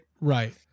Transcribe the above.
right